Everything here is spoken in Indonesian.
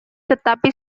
tetapi